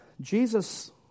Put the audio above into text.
Jesus